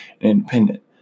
independent